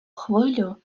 хвилю